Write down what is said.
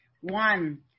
One